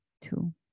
two